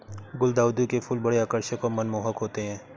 गुलदाउदी के फूल बड़े आकर्षक और मनमोहक होते हैं